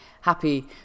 happy